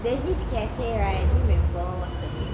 there's this cafe right don't remember what's the name